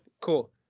Cool